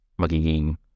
magiging